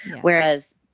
whereas